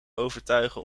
overtuigen